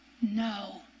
No